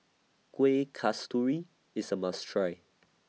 Kueh Kasturi IS A must Try